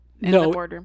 no